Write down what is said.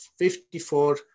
54